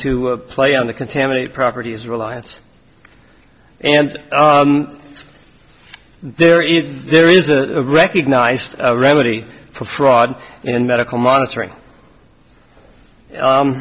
to play on the contaminated property is reliance and there is there is a recognised remedy for fraud and medical monitoring